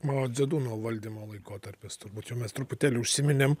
mao dzeduno valdymo laikotarpis turbūt jau mes truputėlį užsiminėm